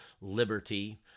liberty